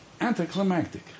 Anticlimactic